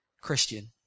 Christian